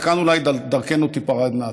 וכאן אולי דרכינו תיפרדנה,